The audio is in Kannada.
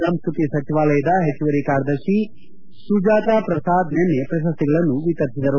ಸಂಸ್ನತಿ ಸಚಿವಾಲಯದ ಹೆಚ್ಚುವರಿ ಕಾರ್ಯದರ್ತಿ ಸುಜಾತ ಪ್ರಸಾದ್ ನಿನ್ನೆ ಪ್ರಶಸ್ತಿಗಳನ್ನು ವಿತರಿಸಿದರು